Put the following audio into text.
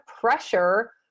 pressure